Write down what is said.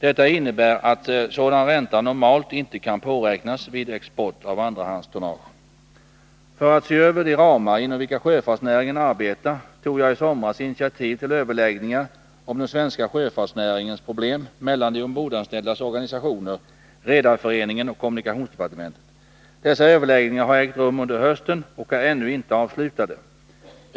Detta innebär att sådan ränta normalt inte kan påräknas vid export av andrahandstonnage. För att se över de ramar inom vilka sjöfartsnäringen arbetar tog jag i somras initiativ till överläggningar om den svenska sjöfartsnäringens problem mellan de ombordanställdas organisationer, Redareföreningen och kommunikationsdepartementet. Dessa överläggningar har ägt rum under hösten och är ännu inte avslutade.